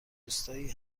دوستایی